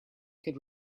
could